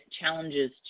challenges